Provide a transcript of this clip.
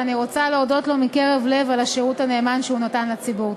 ואני רוצה להודות לו מקרב לב על השירות הנאמן שהוא נתן לציבור.